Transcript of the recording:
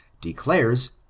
declares